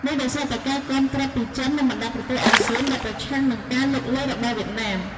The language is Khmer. នេះដោយសារតែការគាំទ្រពីចិន និងបណ្ដាប្រទេសអាស៊ានដែលប្រឆាំងនឹងការលុកលុយរបស់វៀតណាម។